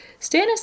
Stannis